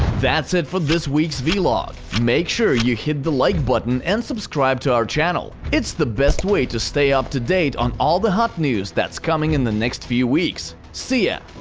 that's it for this week's v-log. make sure you hit the like button and subscribe to our channel. it's the best way to stay up to date on all the hot news that's coming in the next few weeks! see ya!